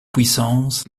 puissance